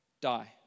Die